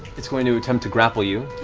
it's going to attempt to grapple you.